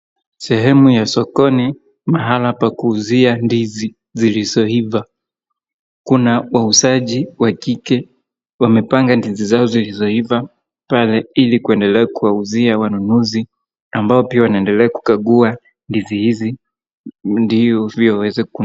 Sehemu ya sokoni mahala pa kuuzia ndizi zilizoiva. Kuna wauzaji wa kike wamepanga ndizi zao zilizoiva pale ili kuendelea kuwauzia wanunuzi ambao pia wanaendelea kukagua ndizi hizi ndio pia waweze kununua.